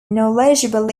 knowledgeable